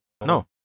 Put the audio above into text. No